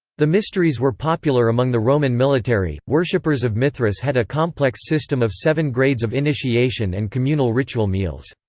the mysteries were popular among the roman military worshippers of mithras had a complex system of seven grades of initiation and communal ritual meals.